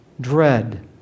dread